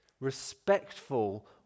respectful